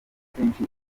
akenshi